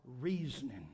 reasoning